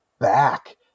back